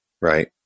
Right